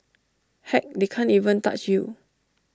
heck they can't even touch you